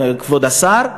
כבוד השר,